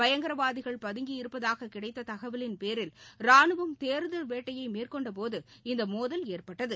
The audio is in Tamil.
பயங்கரவாதிகள் பதங்கி இருப்பதாகக் கிடைத்ததகவலின்பேரில் ராணுவம் தேடுதல் வேட்டையைமேற்கொண்டபோது இந்தமோதல் ஏற்பட்டது